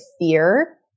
fear